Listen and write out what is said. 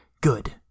good